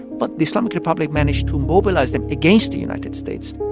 but the islamic republic managed to mobilize them against the united states.